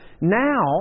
now